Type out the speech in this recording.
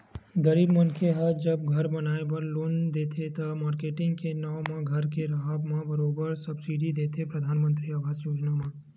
गरीब मनखे ह जब घर बनाए बर लोन देथे त, मारकेटिंग के नांव म घर के राहब म बरोबर सब्सिडी देथे परधानमंतरी आवास योजना म